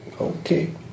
Okay